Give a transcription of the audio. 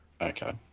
Okay